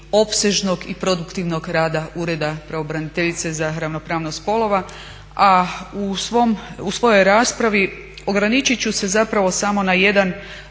i produktivnog rada Ureda pravobraniteljice za ravnopravnost spolova, a u svojoj raspravi ograničit ću se zapravo samo na jedan